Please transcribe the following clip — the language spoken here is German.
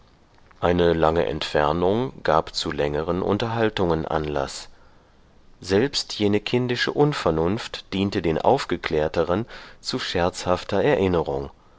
eine lange entfernung gab zu längeren unterhaltungen anlaß selbst jene kindische unvernunft diente den aufgeklärteren zu scherzhafter erinnerung